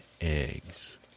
eggs